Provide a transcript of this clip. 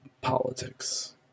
politics